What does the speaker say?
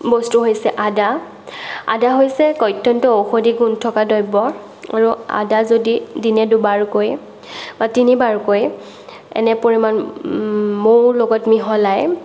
বস্তু হৈছে আদা আদা হৈছে অত্যন্ত ঔষধি গুণ থকা দ্ৰব্য আদা যদি দিনে দুবাৰকৈ বা তিনিবাৰকৈ এনে পৰিমাণ মৌৰ লগত মিহলাই